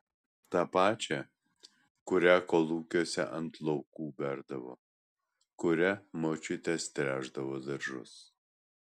tą pačią kurią kolūkiuose ant laukų berdavo kuria močiutės tręšdavo daržus